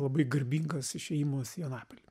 labai garbingas išėjimas į anapilį